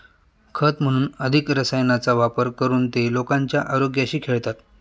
खत म्हणून अधिक रसायनांचा वापर करून ते लोकांच्या आरोग्याशी खेळतात